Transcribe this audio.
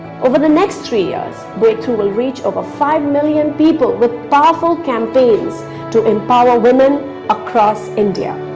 over the next three years, breakthrough will reach over five million people with powerful campaigns to empower women across india.